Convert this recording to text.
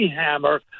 Hammer